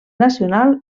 nacional